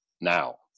now